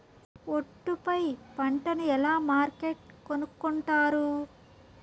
ఒట్టు పై పంటను ఎలా మార్కెట్ కొనుక్కొంటారు?